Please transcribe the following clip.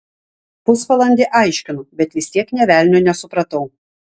pusvalandį aiškino bet vis tiek nė velnio nesupratau